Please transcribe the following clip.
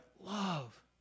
Love